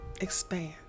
expand